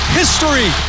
history